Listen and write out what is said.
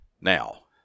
now